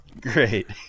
Great